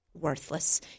Worthless